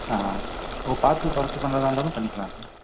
ஆ ஆ ஸோ பார்த்து குறச்சி பண்ணுறதா இருந்தாலும் பண்ணிக்கலாம் சார்